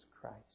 Christ